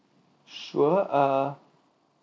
sure uh